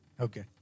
Okay